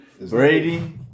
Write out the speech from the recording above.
Brady